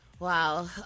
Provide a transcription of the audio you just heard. Wow